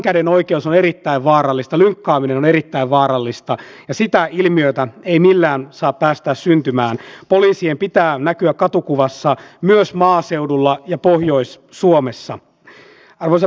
mutta tämä on tietenkin erittäin tärkeää sen kannalta kuten täällä on jo salikeskusteluissa esille tullut että kyllähän turvapaikanhakijoista johtuva taloudellinen tilanne nähdään kokonaisuudessaan vasta vuosien päästä sitten kun kotouttamisprosessi on saatu alkuun ja nähdään miten kaikkialle se vaikuttaa